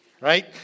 Right